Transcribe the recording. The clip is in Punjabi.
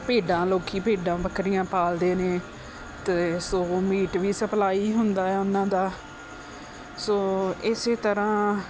ਭੇਡਾਂ ਲੋਕੀਂ ਭੇਡਾਂ ਬੱਕਰੀਆਂ ਪਾਲਦੇ ਹਨ ਅਤੇ ਸੋ ਮੀਟ ਵੀ ਸਪਲਾਈ ਹੁੰਦਾ ਹੈ ਉਨ੍ਹਾਂ ਦਾ ਸੋ ਇਸੇ ਤਰ੍ਹਾਂ